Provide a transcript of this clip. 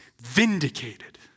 vindicated